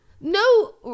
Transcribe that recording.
no